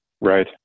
Right